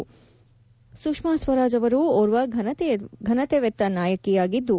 ಸಾಂಪ್ ಸುಷ್ಮಾ ಸ್ವರಾಜ್ ಅವರು ಓರ್ವ ಫನತೆವೆತ್ತ ನಾಯಕಿಯಾಗಿದ್ದು